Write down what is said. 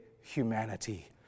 humanity